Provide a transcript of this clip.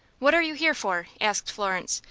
what are you here for? asked florence,